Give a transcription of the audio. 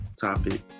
topic